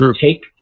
take